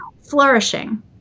flourishing